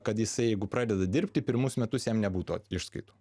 kad jisai jeigu pradeda dirbti pirmus metus jam nebūtų išskaitų